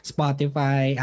Spotify